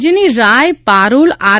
રાજ્યની રાય પારુલ આર